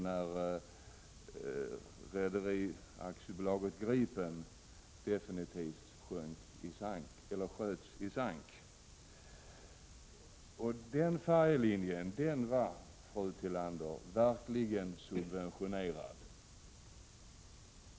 Jag tänker då på Rederi AB Gripen, som definitivt har skjutits i sank. Den färjelinjen, fru Tillander, var verkligen subventionerad.